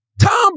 Tom